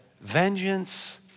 Vengeance